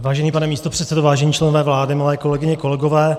Vážený pane místopředsedo, vážení členové vlády, milé kolegyně, kolegové.